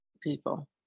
people